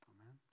Amen